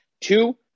Two